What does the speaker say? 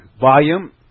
volume